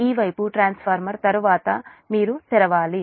ఈ వైపు ట్రాన్స్ఫార్మర్ తర్వాత మీరు తెరవాలి